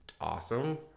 awesome